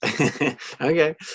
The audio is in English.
okay